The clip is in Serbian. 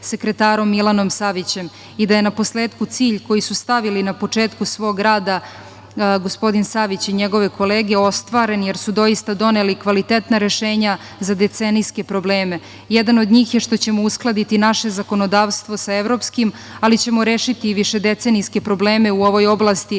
sekretarom Milanom Savićem i da je naposletku cilj koji su stavili na početku svog rada gospodin Savić i njegove kolege ostvaren, jer su zaista doneli kvalitetna rešenja za decenijske probleme. Jedan od njih je što ćemo uskladiti naše zakonodavstvo sa evropskim, ali ćemo rešiti višedecenijske probleme u ovoj oblasti